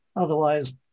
Otherwise